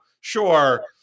Sure